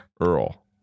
Earl